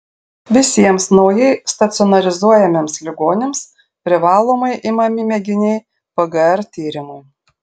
visiems naujai stacionarizuojamiems ligoniams privalomai imami mėginiai pgr tyrimui